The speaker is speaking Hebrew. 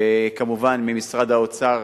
וכמובן ממשרד האוצר,